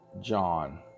John